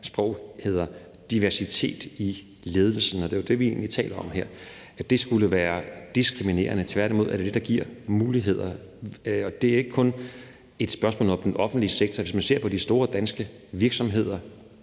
sprog hedder diversitet, i ledelsen, for det er jo det, vi egentlig taler om her, skulle være diskriminerende. Tværtimod er det det, der giver muligheder. Og det er ikke kun et spørgsmål om den offentlige sektor. Hvis man ser på de store danske virksomheder,